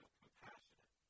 compassionate